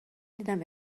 دیدم